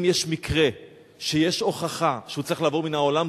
אם יש מקרה שיש הוכחה שהוא צריך לעבור מן העולם,